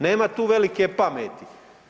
Nema tu velike pameti.